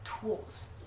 tools